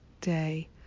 day